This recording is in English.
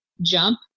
jump